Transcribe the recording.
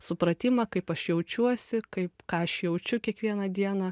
supratimą kaip aš jaučiuosi kaip ką aš jaučiu kiekvieną dieną